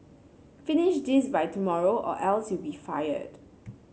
finish this by tomorrow or else you'll be fired